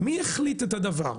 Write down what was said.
מי החליט את הדבר?